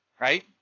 right